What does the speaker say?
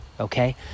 Okay